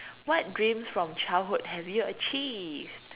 what dreams from childhood have you achieved